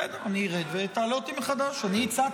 בסדר, אני ארד ותעלה אותי מחדש, אני הצעתי.